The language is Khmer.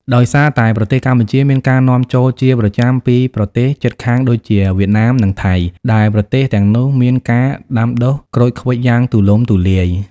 ដោយសារតែប្រទេសកម្ពុជាមានការនាំចូលជាប្រចាំពីប្រទេសជិតខាងដូចជាវៀតណាម និងថៃ ដែលប្រទេសទាំងនោះមានការដាំដុះក្រូចឃ្វិចយ៉ាងទូលំទូលាយ។